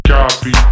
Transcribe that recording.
Copy